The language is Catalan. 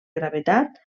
gravetat